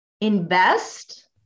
Invest